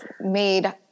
made